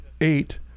eight